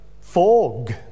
fog